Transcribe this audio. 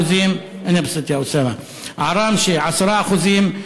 7%; עראבה 10% עראמשה,